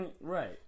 right